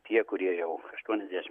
tie kurie jau aštuoniasdešim